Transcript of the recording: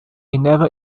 never